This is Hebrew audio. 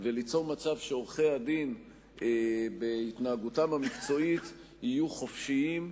וליצור מצב שעורכי-הדין בהתנהגותם המקצועית יהיו חופשיים,